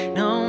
no